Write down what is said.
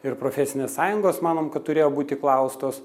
ir profesinės sąjungos manom kad turėjo būti klaustos